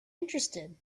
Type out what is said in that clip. interested